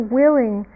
willing